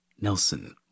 Nelson